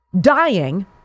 dying